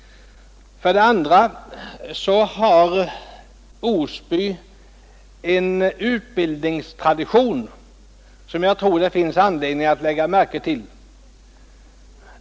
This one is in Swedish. För det andra har Osby en utbildningstradition som jag tror det är anledning att lägga märke till.